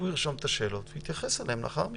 הוא ירשום את השאלות ויתייחס אליהן לאחר מכן.